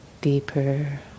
deeper